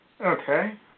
Okay